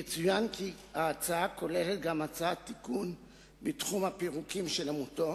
יצוין כי בהצעה נכללת גם הצעת תיקון בתחום הפירוקים של העמותות,